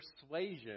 persuasion